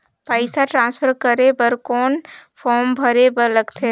पईसा ट्रांसफर करे बर कौन फारम भरे बर लगथे?